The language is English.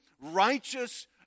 righteous